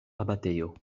abatejo